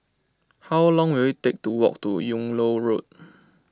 how long will it take to walk to Yung Loh Road